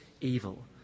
evil